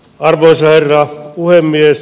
arvoisa herra puhemies